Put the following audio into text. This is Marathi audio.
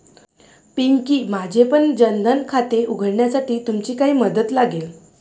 पिंकी, माझेपण जन धन खाते उघडण्यासाठी तुमची काही मदत लागेल